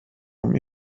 vom